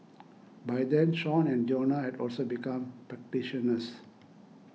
by then Sean and Jonah had also become practitioners